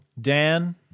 Dan